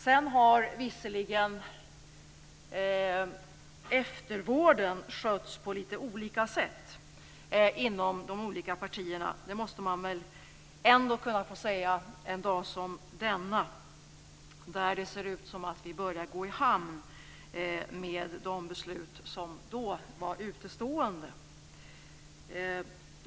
Sedan har visserligen eftervården skötts på litet olika sätt inom de olika partierna. Det måste man väl kunna få säga en dag som denna, när det ser ut som om vi börjar gå i hamn med de beslut som då var utestående.